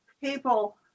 people